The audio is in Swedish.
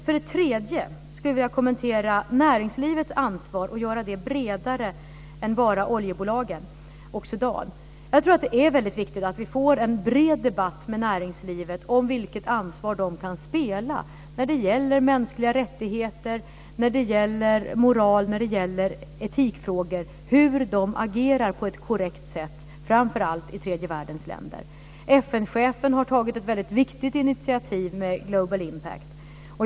För det tredje: Jag vill sedan kommentera näringslivets ansvar och göra det bredare än att bara gälla oljebolagen och Sudan. Det är väldigt viktigt att vi får en bred debatt med näringslivet om vilket ansvar det kan spela när det gäller mänskliga rättigheter, moral, etikfrågor och hur de ska agera på ett korrekt sätt, framför allt i tredje världens länder. FN-chefen har tagit ett väldigt viktigt initiativ med Global Compact.